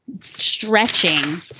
stretching